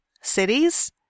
Cities